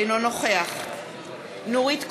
אינו נוכח נורית קורן,